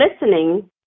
listening